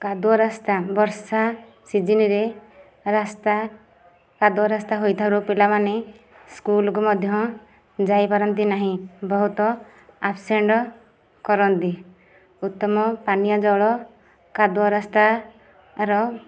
କାଦୁଅ ରାସ୍ତା ବର୍ଷା ସିଜିନ୍ ରେ ରାସ୍ତା କାଦୁଅ ରାସ୍ତା ହୋଇଥିବାରୁ ପିଲାମାନେ ସ୍କୁଲକୁ ମଧ୍ୟ ଯାଇପାରନ୍ତି ନାହିଁ ବହୁତ ଆବସେଣ୍ଟ କରନ୍ତି ଉତ୍ତମ ପାନୀୟ ଜଳ କାଦୁଅ ରାସ୍ତାର